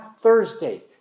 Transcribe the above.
Thursday